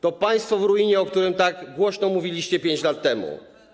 To państwo w ruinie, o którym tak głośno mówiliście 5 lat temu.